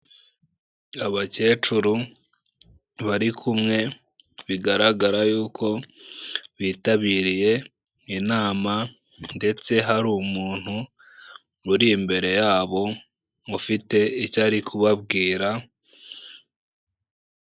Abakecuru bari kumwe, bigaragara y'uko bitabiriye inama, ndetse hari umuntu uri imbere yabo, ufite icyo ari kubabwira.